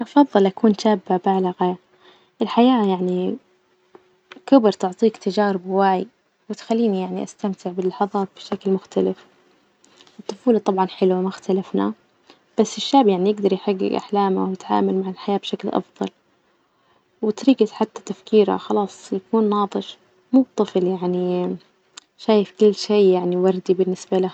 أفظل أكون شابة بالغة، الحياة يعني كبر تعطيك تجارب هواي، وتخليني يعني أستمتع باللحظات بشكل مختلف، الطفولة طبعا حلوة ما إختلفنا، بس الشاب يعني يجدر يحجج أحلامه ويتعامل مع الحياة بشكل أفضل، وطريجة حتى تفكيرها خلاص يكون ناضج مو بطفل يعني شايف كل شي يعني وردي بالنسبة له.